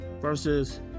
versus